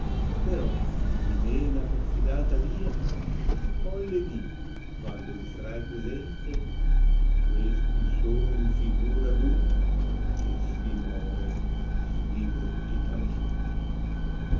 però gli mena per fidata via poi le di qoando le sarai presente questi sono in figura d qu che si more